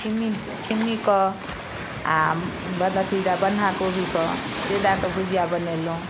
छिम्मी छिम्मी कऽ आओर अथी बन्धा कोबीके से दए कऽ भुजिया बनेलहुँ